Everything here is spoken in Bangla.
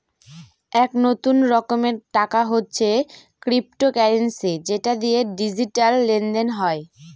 এক নতুন রকমের টাকা হচ্ছে ক্রিপ্টোকারেন্সি যেটা দিয়ে ডিজিটাল লেনদেন হয়